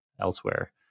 elsewhere